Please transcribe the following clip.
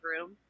room